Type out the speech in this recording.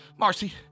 Marcy